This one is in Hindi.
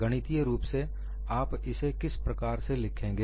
गणितीय रूप से आप इसे किस प्रकार से लिखेंगे